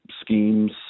schemes